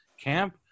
camp